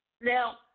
Now